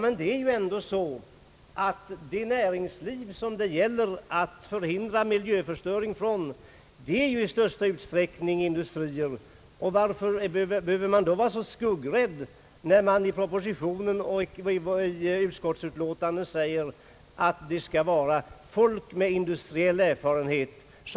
Men det näringsliv som det gäller att förhindra miljöförstöring från är ju ändå i största utsträckning industrier. Varför behöver man då bli så skuggrädd, när propositionen och utskottsutlåtandet säger att det skall vara folk med industriell erfarenhet?